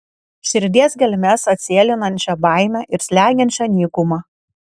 širdies gelmes atsėlinančią baimę ir slegiančią nykumą